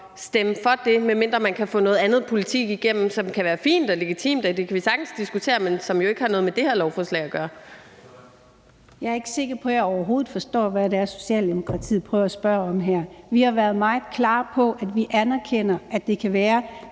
stemme for det, medmindre man kan få noget andet politik igennem, som kan være fint og legitimt, og det kan vi sagtens diskutere, men som jo ikke har noget med det her lovforslag at gøre? Kl. 13:48 Anden næstformand (Jeppe Søe): Ordføreren. Kl. 13:48 Dina Raabjerg (KF): Jeg ikke sikker på, at jeg overhovedet forstår, hvad det er Socialdemokratiet prøver at spørge om her. Vi har været meget klare på, at vi anerkender, at det kan være,